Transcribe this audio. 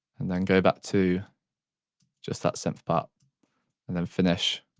and then go back to just that synth part and then finish